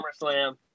SummerSlam